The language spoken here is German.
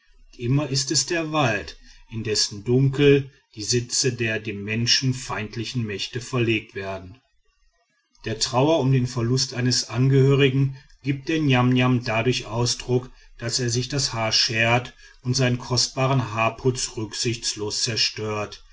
immer ist es der wald in dessen dunkel die sitze der dem menschen feindlichen mächte verlegt werden der trauer um den verlust eines angehörigen gibt der niamniam dadurch ausdruck daß er sich das haar schert und seinen kostbaren haarputz rücksichtslos zerstört